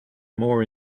more